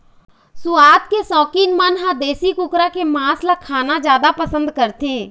सुवाद के सउकीन मन ह देशी कुकरा के मांस ल खाना जादा पसंद करथे